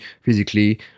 physically